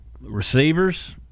Receivers